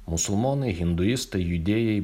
musulmonai hinduistai judėjai